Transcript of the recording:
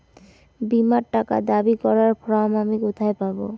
বীমার টাকা দাবি করার ফর্ম আমি কোথায় পাব?